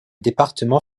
département